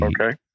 okay